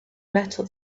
metal